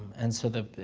and so that,